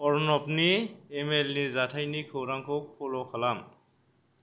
अरनबनि इमेलनि जाथायनि खौरांखौ फल' खालाम